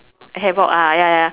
havoc ah ya ya